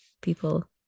people